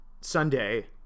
Sunday